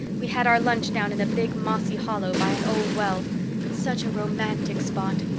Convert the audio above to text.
we had our lunch down in a big mossy hollow by an old well such a romantic spot.